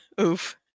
Oof